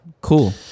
Cool